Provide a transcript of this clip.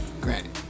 granted